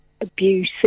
abusive